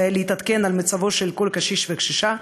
להתעדכן במצבם של כל קשיש וקשישה.